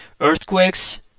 Earthquakes